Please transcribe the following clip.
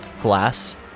glass